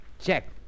Check